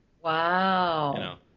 Wow